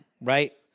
right